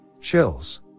chills